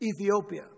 Ethiopia